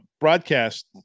broadcast